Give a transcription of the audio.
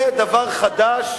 זה דבר חדש,